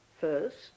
first